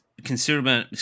considerable